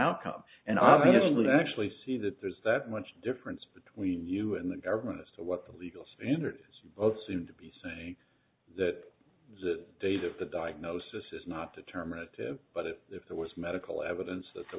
outcome and obviously would actually see that there's that much difference between you and the government as to what the legal standard is you both seem to be saying that that date of the diagnosis is not determinative but if there was medical evidence that there